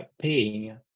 paying